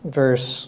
verse